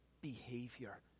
behavior